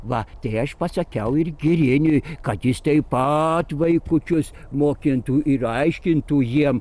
va tai aš pasakiau ir giriniui kad jis taip pat vaikučius mokintų ir aiškintų jiem